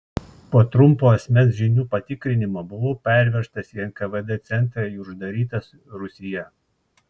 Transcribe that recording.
po trumpo asmens žinių patikrinimo buvau pervežtas į nkvd centrą ir uždarytas rūsyje